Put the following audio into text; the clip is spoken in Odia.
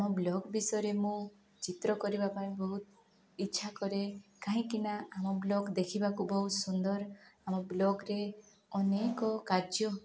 ଆମ ବ୍ଲଗ୍ ବିଷୟରେ ମୁଁ ଚିତ୍ର କରିବା ପାଇଁ ବହୁତ ଇଚ୍ଛା କରେ କାହିଁକିନା ଆମ ବ୍ଲଗ୍ ଦେଖିବାକୁ ବହୁତ ସୁନ୍ଦର ଆମ ବ୍ଲଗ୍ରେେ ଅନେକ କାର୍ଯ୍ୟ